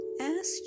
ask